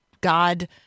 God